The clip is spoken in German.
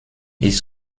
ist